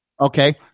Okay